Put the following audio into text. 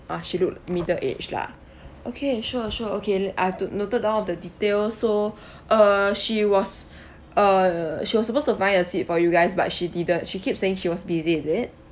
ah she look middle age lah okay sure sure okay I've noted down all of the detail so uh she was uh she was supposed to find a seat for you guys but she didn't she keep saying she was busy is it